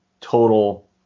total